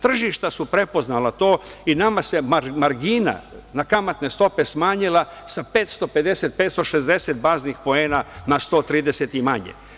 Tržišta su prepoznala to i nama se margina na kamatne stope smanjila sa 550, 560 baznih poena na 130 i manje.